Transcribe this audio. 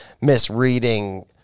misreading